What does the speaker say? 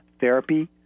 therapy